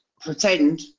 pretend